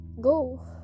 go